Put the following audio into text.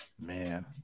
Man